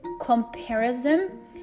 comparison